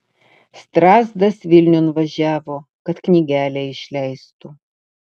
strazdas vilniun važiavo kad knygelę išleistų